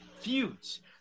feuds